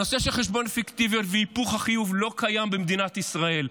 הנושא של חשבוניות פיקטיביות והיפוך החיוב לא קיים במדינת ישראל.